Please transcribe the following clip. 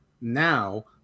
now